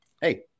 Hey